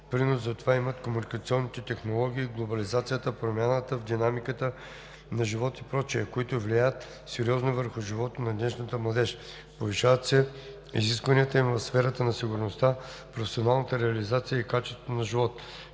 Принос за това имат комуникационните технологии, глобализацията, промяната в динамиката на живот и прочее, които влияят сериозно върху живота на днешната младеж. Повишават се изискванията им в сферата на сигурността, професионалната реализация и качеството на живот.